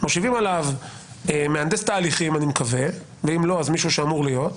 מושיבים עליו מהנדס תהליכים ואם לא אז מישהו שאמור להיות,